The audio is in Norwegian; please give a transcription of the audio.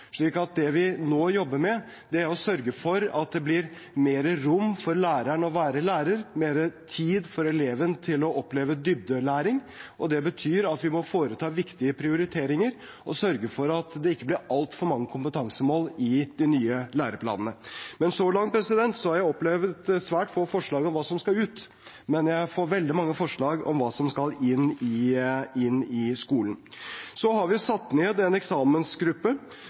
det vi nå jobber med, er å sørge for at det blir mer rom for læreren til å være lærer og mer tid for eleven til å oppleve dybdelæring. Det betyr at vi må foreta viktige prioriteringer og sørge for at det ikke blir altfor mange kompetansemål i de nye læreplanene. Så langt har jeg opplevd svært få forslag om hva som skal ut, men jeg får veldig mange forslag om hva som skal inn i skolen. Vi har satt ned en eksamensgruppe